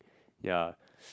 yeah